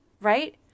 Right